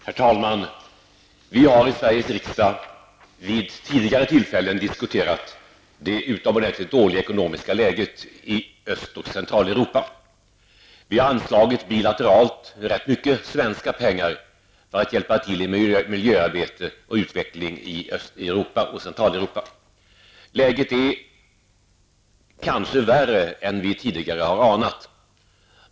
Herr talman! Vi har i Sveriges riksdag vid tidigare tillfällen diskuterat det utomordentligt dåliga ekonomiska läget i Öst och Centraleuropa. Vi har bilateralt anslagit ganska mycket svenska pengar för att hjälpa till i miljöarbetet och utvecklingsarbetet i Central och Östeuropa. Läget är kanske värre än vi tidigare har anat.